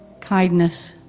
Kindness